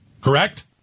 Correct